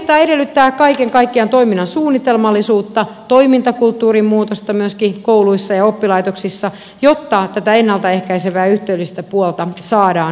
tämä edellyttää kaiken kaikkiaan toiminnan suunnitelmallisuutta myöskin toimintakulttuurin muutosta kouluissa ja oppilaitoksissa jotta tätä ennalta ehkäisevää ja yhteisöllistä puolta saadaan aikaiseksi